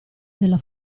della